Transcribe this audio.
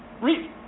Read